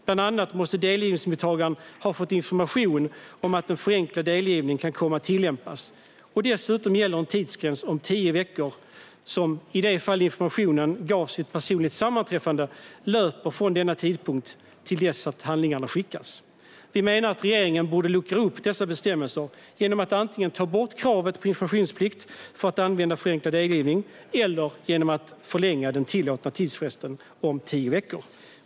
Bland annat måste delgivningsmottagaren ha fått information om att en förenklad delgivning kan komma att tillämpas, och dessutom gäller en tidsgräns om tio veckor som, i det fall informationen gavs vid ett personligt sammanträffande, löper från denna tidpunkt till dess att handlingarna skickas. Vi menar att regeringen borde luckra upp dessa bestämmelser genom att antingen ta bort kravet på informationsplikt för att använda förenklad delgivning eller genom att förlänga den tillåtna tidsfristen om tio veckor.